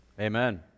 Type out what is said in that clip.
amen